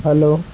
hello